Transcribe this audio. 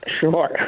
Sure